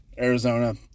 Arizona